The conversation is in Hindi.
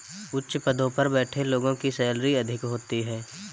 उच्च पदों पर बैठे लोगों की सैलरी अधिक होती है